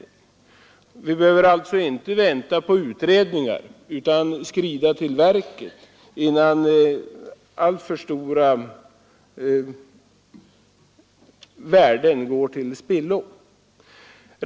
Men därför behöver vi inte vänta på utredningar, utan vi bör skrida till verket innan alltför stora värden går till spillo.